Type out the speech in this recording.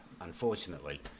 unfortunately